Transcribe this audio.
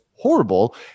Horrible